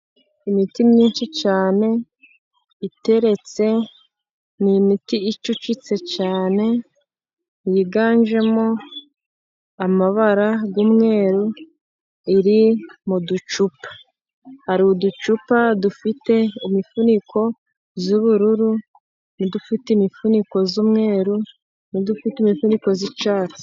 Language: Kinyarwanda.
Imiti myinshi cyane iteretse, ni imiti icucitse cyane yiganjemo amabara y'umweru iri mu ducupa. Hari uducupa dufite imifuniko Y'ubururu n'udufite imifuniko y'umweru, n'udufite imifuniko y'icyatsi.